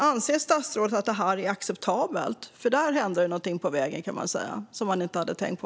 Anser statsrådet att detta är acceptabelt? Där hände det ju någonting på vägen som man inte hade tänkt på.